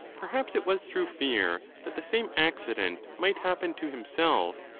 perhaps it was through fear that the same accident might happen to himself,